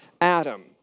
Adam